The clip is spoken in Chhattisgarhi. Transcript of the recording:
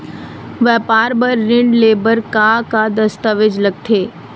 व्यापार बर ऋण ले बर का का दस्तावेज लगथे?